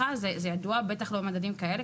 ידוע, בטח לא במדדים כאלה.